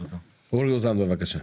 אורי אוזן, בבקשה.